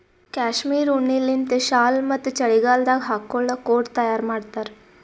cashmere ಉಣ್ಣಿಲಿಂತ್ ಶಾಲ್ ಮತ್ತ್ ಚಳಿಗಾಲದಾಗ್ ಹಾಕೊಳ್ಳ ಕೋಟ್ ತಯಾರ್ ಮಾಡ್ತಾರ್